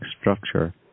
structure